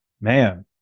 man